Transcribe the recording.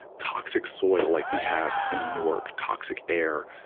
toxic soil, like we have in newark, toxic air,